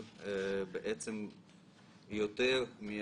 אני חושב שבתיקון שאנחנו דנים בו בוועדת הכלכלה אנחנו צריכים להגדיר